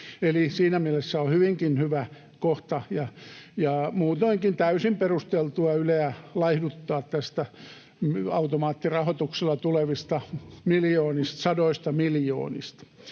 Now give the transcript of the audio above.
siinä mielessä on hyvinkin hyvä kohta ja muutoinkin täysin perusteltua Yleä laihduttaa näistä automaattirahoituksella tulevista miljoonista,